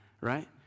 right